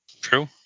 True